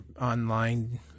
online